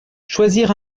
choisir